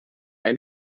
ein